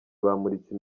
bamuritse